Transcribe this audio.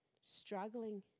struggling